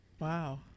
Wow